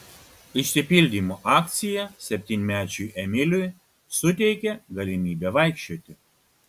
išsipildymo akcija septynmečiui emiliui suteikė galimybę vaikščioti